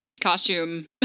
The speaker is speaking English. costume